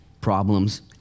problems